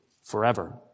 forever